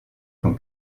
von